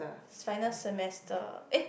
final semester eh